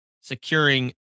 securing